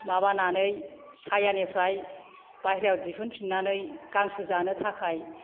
माबानानै सायानिफ्राय बाहेरायाव दिहुन फिन्नानै गांसो जानो थाखाय